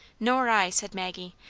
nor i, said maggie.